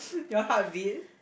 your heartbeat